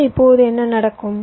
எனவே இப்போது என்ன நடக்கும்